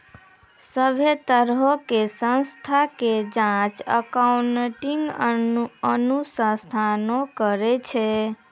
सभ्भे तरहो के संस्था के जांच अकाउन्टिंग अनुसंधाने करै छै